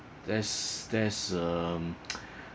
that's that's um